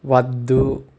వద్దు